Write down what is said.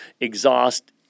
exhaust